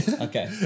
Okay